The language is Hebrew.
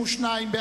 ובכן, 32 בעד,